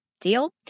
Deal